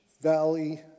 valley